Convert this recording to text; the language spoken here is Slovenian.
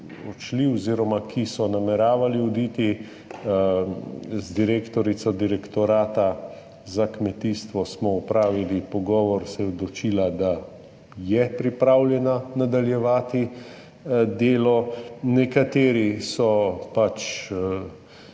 oziroma ki so nameravali oditi. Z direktorico Direktorata za kmetijstvo smo opravili pogovor, se je odločila, da je pripravljena nadaljevati delo. Nekateri so